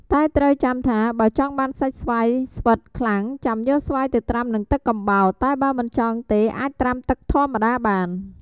តែត្រូវចាំថា បើចង់បានសាច់ស្វាយស្វិតខ្លាំងចាំយកស្វាយទៅត្រាំនឹងទឹកកំបោរ តែបើមិនចង់ទេអាចត្រាំទឹកធម្មតាបាន។